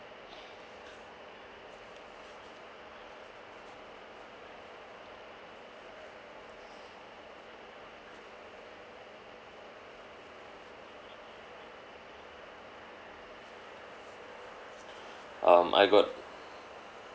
um I got